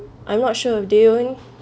I'm not sure they only